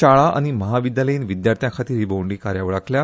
शाळा आनी महाविद्यालयीन विद्यार्थ्यां खातीर ही भोंवडी कार्यावळ आंखल्या